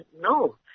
no